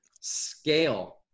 scale